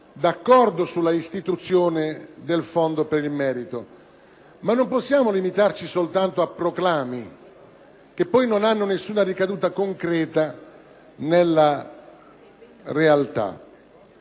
d’accordo con l’istituzione del Fondo per il merito, ma non ci si puo limitare soltanto a proclami che poi non hanno alcuna ricaduta concreta nella realta.